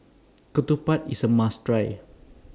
Ketupat IS A must Try